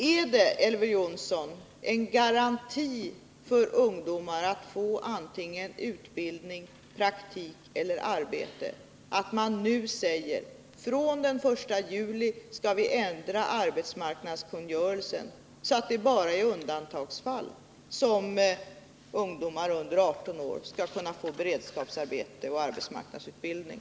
Är det, Elver Jonsson, någon garanti för ungdomar att få antingen utbildning, praktik eller arbete att man nu säger att från den 1 juli skall vi ändra arbetsmarknadskungörelsen så att det bara är i undantagsfall som ungdomar under 18 år kan få beredskapsarbete eller arbetsmarknadsutbildning?